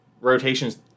rotations